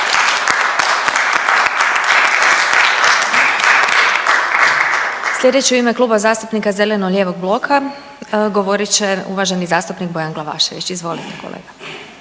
Slijedeći u ime Kluba zastupnika zeleno-lijevog bloka govorit će uvaženi zastupnik Bojan Glavašević, izvolite kolega.